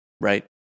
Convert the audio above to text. Right